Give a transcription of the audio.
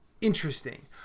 interesting